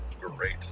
great